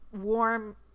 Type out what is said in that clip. warm